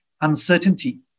uncertainty